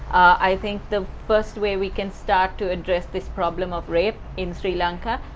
i think the first way we can start to address this problem of rape, in sri lanka,